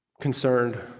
concerned